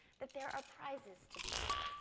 that there are prizes to be won.